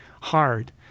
hard